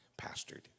pastored